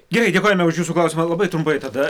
gerai dėkojame už jūsų klausimą labai trumpai tada